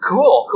Cool